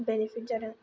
benefit जादों